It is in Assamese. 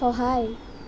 সহায়